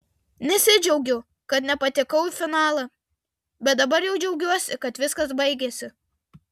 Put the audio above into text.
nesidžiaugiu kad nepatekau į finalą bet dabar jau džiaugiuosi kad viskas baigėsi